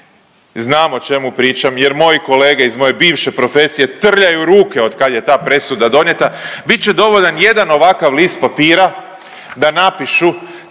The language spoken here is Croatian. znam o čemu pričam jer moji kolege iz moje bivše profesije trljaju ruke od kad je ta presuda donijeta, bit će dovoljan jedan ovakav list papira da napišu,